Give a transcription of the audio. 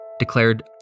declared